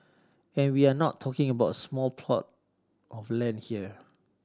and we're not talking about a small plot of land here